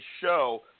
show